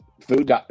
food